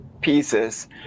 pieces